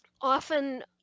often